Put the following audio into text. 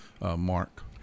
mark